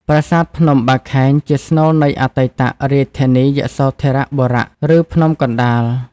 ប្រាសាទភ្នំបាខែងជាស្នូលនៃអតីត រាជធានីយសោធបុរៈ ឬ ភ្នំកណ្តាល។